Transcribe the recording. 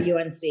UNC